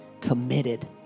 committed